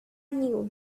knew